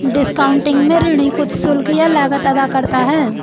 discounting में ऋणी कुछ शुल्क या लागत अदा करता है